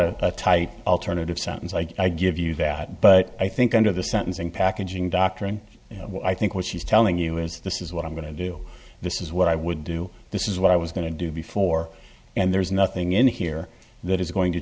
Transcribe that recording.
not a tight alternative sentence i give you that but i think under the sentencing packaging doctrine you know i think what she's telling you is this is what i'm going to do this is what i would do this is what i was going to do before and there's nothing in here that is going to